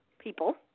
people